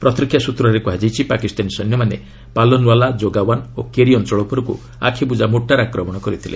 ପ୍ରତିରକ୍ଷା ସୂତ୍ରରେ କୁହାଯାଇଛି ପାକିସ୍ତାନୀ ସୈନ୍ୟମାନେ ପାଲନ୍ୱାଲା ଯୋଗୱାନ୍ ଓ କେରି ଅଞ୍ଚଳ ଉପରକୁ ଆଖିବୁଜା ମୋର୍ଚାର ଆକ୍ରମଣ କରିଥିଲେ